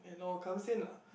you know comes in lah